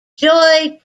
joy